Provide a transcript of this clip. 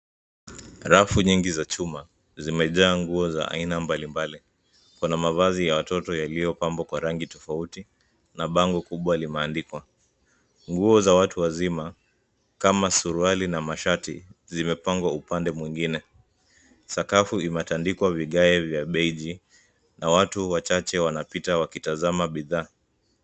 Rafu nyingi za chuma, zimejaa nguo za aina mbalimbali. Kuna mavazi ya watoto yaliyopambwa kwa rangi tofauti, na bango kubwa limeandikwa. Nguo za watu wazima, kama suruali na mashati, zimepangwa upande mwingine. Sakafu imetandikwa vigae vya beji, na watu wachache wanapita wakitazama bidhaa.